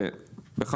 ולהילחם,